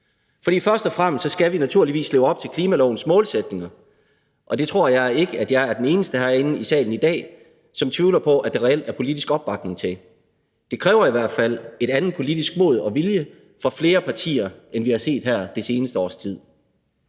For først og fremmest skal vi naturligvis leve op til klimalovens målsætninger, og det tror jeg ikke jeg er den eneste herinde i salen i dag som tvivler på der reelt er politisk opbakning til. Det kræver i hvert fald et andet politisk mod og en anden politisk vilje fra flere partier, end vi har set her det seneste års tid.